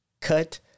cut